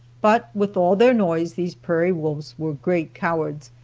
but with all their noise these prairie wolves were great cowards,